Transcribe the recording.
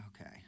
Okay